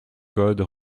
code